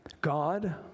God